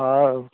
ହେଉ